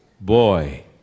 boy